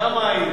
שמה היינו.